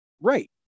Right